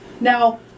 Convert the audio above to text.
Now